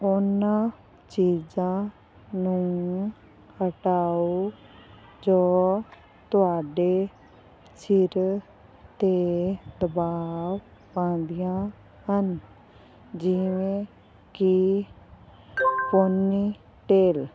ਉਹਨਾਂ ਚੀਜ਼ਾਂ ਨੂੰ ਹਟਾਓ ਜੋ ਤੁਹਾਡੇ ਸਿਰ 'ਤੇ ਦਬਾਵ ਪਾਉਂਦੀਆਂ ਹਨ ਜਿਵੇਂ ਕਿ ਪੋਨੀਟੇਲ